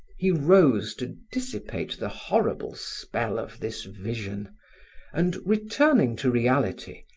he rose to dissipate the horrible spell of this vision and, returning to reality,